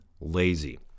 Lazy